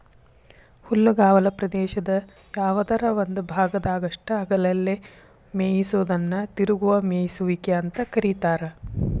ಹುಲ್ಲುಗಾವಲ ಪ್ರದೇಶದ ಯಾವದರ ಒಂದ ಭಾಗದಾಗಷ್ಟ ಹಗಲೆಲ್ಲ ಮೇಯಿಸೋದನ್ನ ತಿರುಗುವ ಮೇಯಿಸುವಿಕೆ ಅಂತ ಕರೇತಾರ